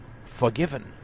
forgiven